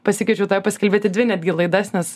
pasikviečiau tave pasikalbėt į dvi netgi laidas nes